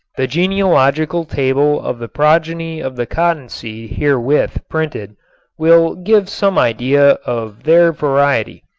the genealogical table of the progeny of the cottonseed herewith printed will give some idea of their variety.